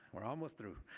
are almost through.